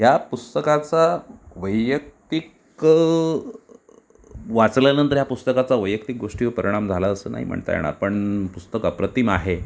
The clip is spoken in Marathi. ह्या पुस्तकाचा वैयक्तिक वाचल्यानंतर ह्या पुस्तकाचा वैयक्तिक गोष्टीवर परिणाम झाला असं नाही म्हणता येणार पण पुस्तक अप्रतिम आहे